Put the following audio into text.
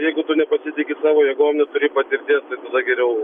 jeigu tu nepasitiki savo jėgom neturi patirties tai tada geriau